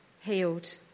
healed